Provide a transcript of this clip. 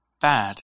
bad